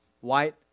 white